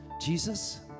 Jesus